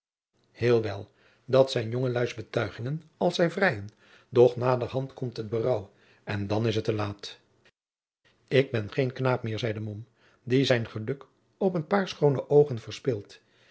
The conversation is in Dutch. heel wel dat zijn jongelui's betuigingen als zij vrijen doch naderhand komt het berouw en dan is het te laat ik ben geen knaap meer zeide mom die zijn geluk op een paar schoone oogen verspeelt